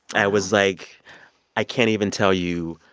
i was like i can't even tell you,